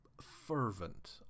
fervent